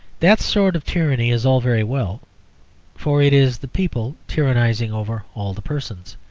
that sort of tyranny is all very well for it is the people tyrannising over all the persons.